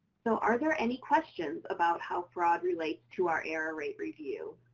so, are there any questions about how fraud relates to our error rate review?